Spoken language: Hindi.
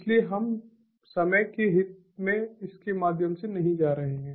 इसलिए हम समय के हित में इसके माध्यम से नहीं जा रहे हैं